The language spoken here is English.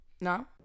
No